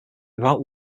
without